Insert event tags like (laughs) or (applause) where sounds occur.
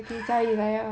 (laughs)